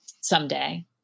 someday